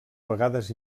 vegades